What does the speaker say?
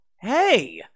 Hey